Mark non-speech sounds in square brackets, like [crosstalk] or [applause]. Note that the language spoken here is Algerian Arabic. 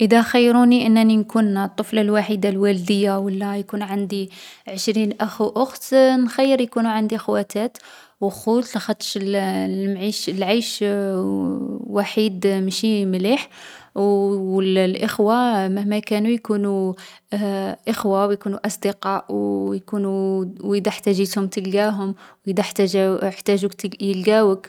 ﻿إذا خيروني إنني نكون الطفلة الوحيدة لوالديا ولا يكون عندي عشرين أخ و أخت، [hesitation] نخير يكونوا عندي خواتات وخوت لخدش المعيش العيش [hesitation] وحيد ماشي مليح. [hesitation] والإخوة مهما كانوا يكونوا [hesitation] إخوة ويكونوا أصدقاء و يكونوا [hesitation] وإذا احتاجيتهم تلقاهم، وإذا اجتاجاو يحتاجوك يلقاوك.